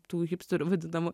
tų hipsterių vadinamų